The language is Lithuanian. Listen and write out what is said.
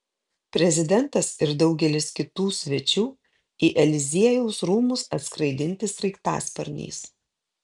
prezidentas ir daugelis kitų svečių į eliziejaus rūmus atskraidinti sraigtasparniais